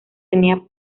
tenía